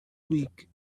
week